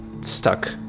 stuck